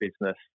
business